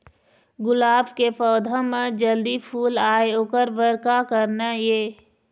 गुलाब के पौधा म जल्दी फूल आय ओकर बर का करना ये?